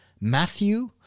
Matthew